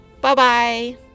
Bye-bye